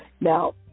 now